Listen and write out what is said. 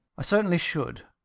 i certainly should!